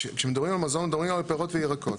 כשמדברים על מזון מדברים גם על פירות וירקות.